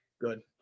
good